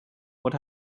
what